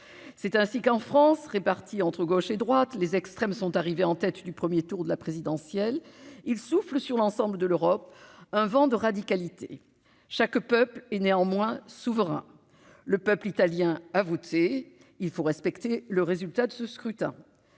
c'est ainsi qu'en France, répartis entre gauche et droite les extrêmes sont arrivés en tête du 1er tour de la présidentielle, ils soufflent sur l'ensemble de l'Europe, un vent de radicalité chaque peuple et néanmoins souverain, le peuple italien a voté, il faut respecter le résultat de ce scrutin,